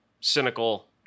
cynical